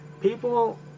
people